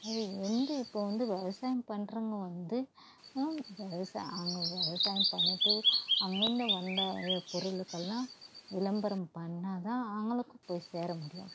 அது வந்து இப்போ வந்து விவசாயம் பண்ணுறவங்க வந்து விவசாயம் அங்கே விவசாயம் பண்ணிட்டு அங்கேருந்து வந்த இது பொருளுக்கெல்லாம் விளம்பரம் பண்ணால்தான் அவங்களுக்கு போய் சேர முடியும்